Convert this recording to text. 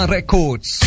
Records